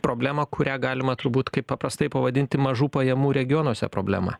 problemą kurią galima turbūt kaip paprastai pavadinti mažų pajamų regionuose problema